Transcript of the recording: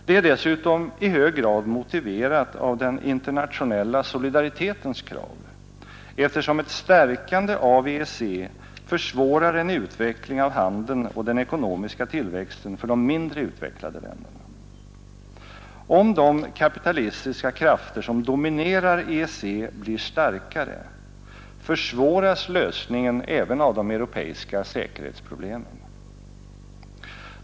Det är dessutom i hög grad motiverat av den internationella solidaritetens krav, eftersom ett stärkande av EEC försvårar en utveckling av handeln och den ekonomiska tillväxten för de mindre utvecklade länderna. Om de kapitalistiska krafter som dominerar EEC blir starkare försvåras lösningen även av de europeiska säkerhetsproblemen.